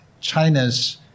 China's